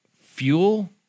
Fuel